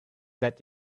dead